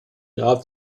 grab